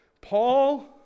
Paul